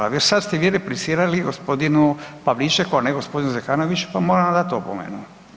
A sada ste vi replicirali gospodinu Pavličeku, a ne gospodinu Zekanoviću pa moram vam dati opomenu.